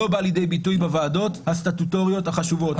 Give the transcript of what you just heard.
לא בא לידי ביטוי בוועדות הסטטוטוריות החשובות.